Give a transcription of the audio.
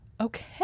Okay